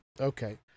Okay